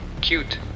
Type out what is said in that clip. Cute